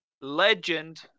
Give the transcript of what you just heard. Legend